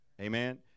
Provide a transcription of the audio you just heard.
Amen